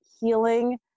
Healing